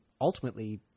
ultimately